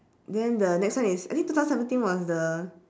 then the next one is I think two thousand seventeen was the